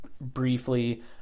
briefly